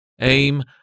Aim